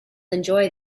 enjoy